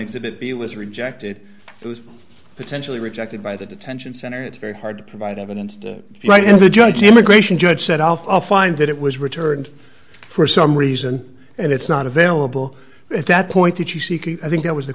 exhibit b was rejected it was potentially rejected by the detention center it's very hard to provide evidence to right and the judge immigration judge said i'll find that it was returned for some reason and it's not available at that point did you see i think it was the